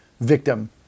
victim